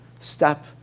step